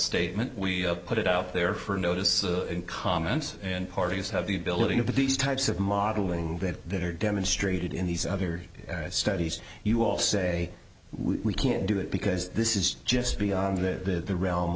statement we put it out there for a notice in comments and parties have the ability of these types of modeling that that are demonstrated in these other studies you all say we can't do it because this is just beyond the realm